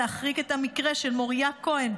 להחריג את המקרה של מוריה כהן,